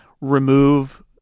Remove